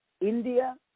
India